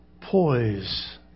poise